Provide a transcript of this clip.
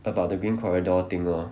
about the green corridor thing lor